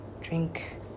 drink